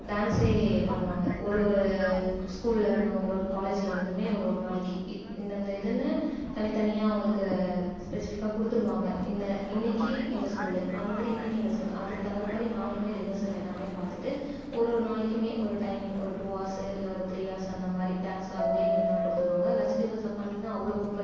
dance பண்ணுவாங்க ஒரு ஒரு ஸ்கூலில் இருந்தும் ஒரு ஒரு காலேஜில் இருந்தும் ஒரு ஒரு நாளைக்கு இந்த இந்த இதுன்னு தனி தனியாக அவங்களுக்கு ஸ்பெசிஃபிக்காக கொடுத்துடுவாங்க இந்த இன்னைக்கு இந்த ஸ்கூல் அந்த மாதிரி இன்னைக்கு இந்த ஸ்கூல் அதுக்கு தகுந்த மாதிரியே நாங்களும் ரிகர்சல் எல்லாம் பார்த்துட்டு ஒரு ஒரு நாளைக்கும் ஒரு டைமிங் ஒரு டூ ஹார்ஸ் இல்லை ஒரு த்ரீ ஹார்ஸ் அந்த மாதிரி டான்ஸ்காகவே மெயினாக கொடுத்துடுவாங்க லட்சதீபத்தில் பண்ணீங்கன்னா அவ்வளோ கும்பல்